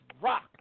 rock